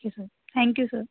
okay sir thank you sir